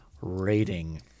rating